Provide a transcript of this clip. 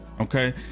okay